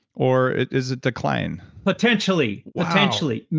or is declining? potentially wow potentially.